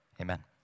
Amen